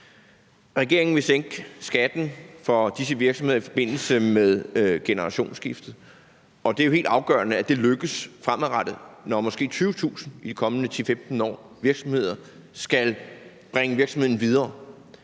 Regeringen vil sænke skatten for disse virksomheder i forbindelse med generationsskifte, og det er jo helt afgørende, at det lykkes fremadrettet, når måske 20.000 virksomheder i de kommende 10-15 år skal bringes videre.